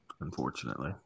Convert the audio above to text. unfortunately